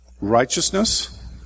Righteousness